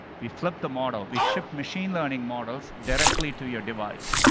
we flipped the model. we ship machine learning models directly to your device.